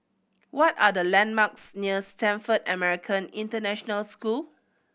what are the landmarks near Stamford American International School